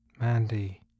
Mandy